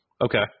Okay